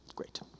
Great